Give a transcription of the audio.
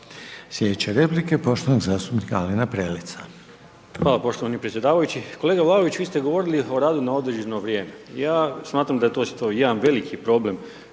Slijedeće replike, poštovanog zastupnika Alena Preleca.